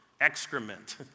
excrement